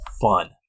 fun